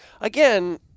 Again